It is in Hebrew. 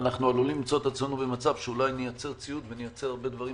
אנחנו עלולים למצוא עצמנו במצב שאולי נייצר ציוד ונייצר הרבה דברים